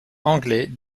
anglais